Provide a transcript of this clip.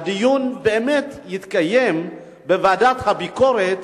שהדיון באמת יתקיים בוועדת הביקורת,